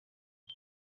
iti